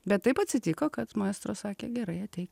bet taip atsitiko kad maestro sakė gerai ateik